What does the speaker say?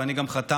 ואני גם חתמתי.